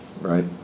right